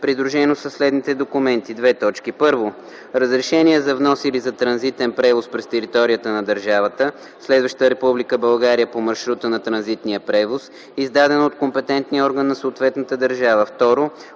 придружено със следните документи: 1. разрешение за внос или за транзитен превоз през територията на държавата, следваща Република България по маршрута на транзитния превоз, издадено от компетентния орган на съответната държава; 2.